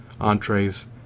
entrees